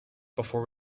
before